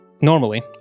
Normally